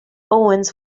owens